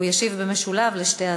הוא ישיב במשולב על שתי ההצעות.